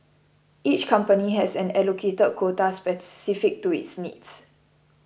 each company has an allocated quota specific to its needs